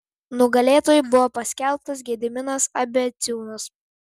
nugalėtoju buvo paskelbtas gediminas abeciūnas